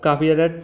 काफ़ी ज़्यादा